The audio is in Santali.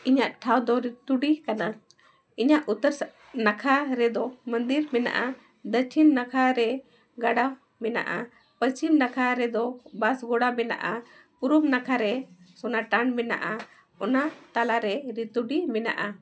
ᱤᱧᱟᱹᱜ ᱴᱷᱟᱶ ᱫᱚ ᱨᱤᱛᱩᱰᱤ ᱠᱟᱱᱟ ᱤᱧᱟᱹᱜ ᱩᱛᱛᱚᱨ ᱱᱟᱠᱷᱟ ᱨᱮᱫᱚ ᱢᱚᱱᱫᱤᱨ ᱢᱮᱱᱟᱜᱼᱟ ᱫᱚᱠᱷᱤᱱ ᱱᱟᱠᱷᱟ ᱨᱮ ᱜᱟᱰᱟ ᱢᱮᱱᱟᱜᱼᱟ ᱯᱚᱥᱪᱷᱤᱢ ᱱᱟᱠᱷᱟ ᱨᱮᱫᱚ ᱵᱟᱥᱜᱳᱲᱟ ᱢᱮᱱᱟᱜᱼᱟ ᱯᱩᱨᱩᱵ ᱱᱟᱠᱷᱟ ᱨᱮ ᱥᱳᱱᱟᱴᱟᱱ ᱢᱮᱱᱟᱜᱼᱟ ᱚᱱᱟ ᱛᱟᱞᱟᱨᱮ ᱨᱤᱛᱩᱰᱤ ᱢᱮᱱᱟᱜᱼᱟ